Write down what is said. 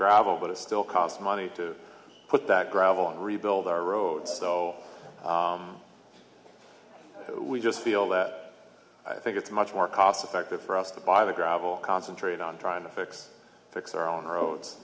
gravel but it still costs money to put that gravel on rebuild our road so we just feel that i think it's much more cost effective for us to buy the gravel concentrate on trying to fix fix our own roads